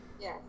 Yes